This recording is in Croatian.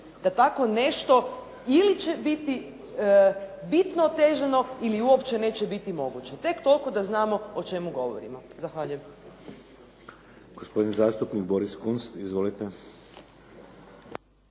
da tako nešto ili će biti bitno otežano ili uopće neće biti moguće. Tek toliko da znamo o čemu govorimo. Zahvaljujem.